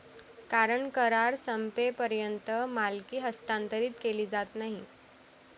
कारण करार संपेपर्यंत मालकी हस्तांतरित केली जात नाही